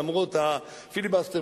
למרות הפיליבסטר,